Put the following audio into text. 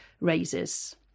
raises